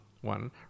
one